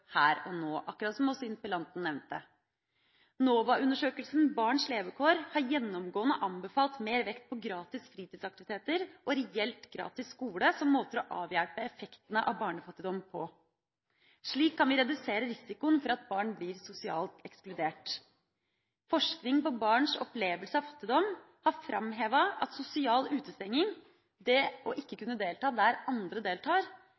her og nå, akkurat som også interpellanten nevnte. NOVA-undersøkelsen «Barns levekår» har gjennomgående anbefalt mer vekt på gratis fritidsaktiviteter og reelt gratis skole som måter å avhjelpe effektene av barnefattigdom på. Slik kan vi redusere risikoen for at barn blir sosialt ekskludert. Forskning på barns opplevelse av fattigdom har framhevet at sosial utestenging – det å ikke kunne delta der andre deltar